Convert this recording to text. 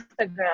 Instagram